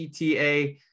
ETA